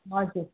हजुर